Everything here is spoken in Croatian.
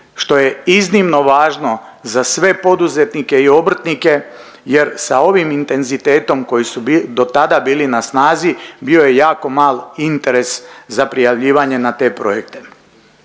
što je iznimno važno za sve poduzetnike i obrtnike jer sa ovim intenzitetom koji su bi… dotada bili na snazi bio je jako mal interes za prijavljivanje na te projekte